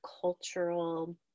cultural